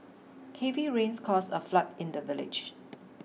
heavy rains caused a flood in the village